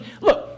look